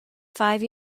five